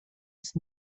ist